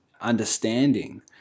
understanding